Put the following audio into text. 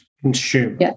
consumer